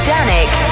Danik